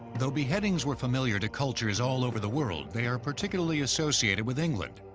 though beheadings were familiar to cultures all over the world, they are particularly associated with england,